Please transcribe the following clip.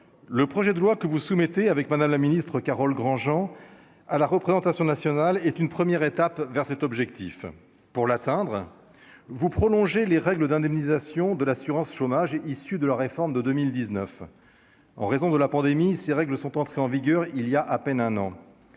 le projet de loi que vous soumettez avec madame la ministre, Carole Granjean à la représentation nationale est une première étape vers cet objectif pour l'atteindre, vous prolonger les règles d'indemnisation de l'assurance chômage, issues de la réforme de 2019 en raison de la pandémie, ces règles sont entrées en vigueur il y a à peine un an,